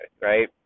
right